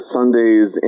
Sundays